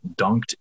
dunked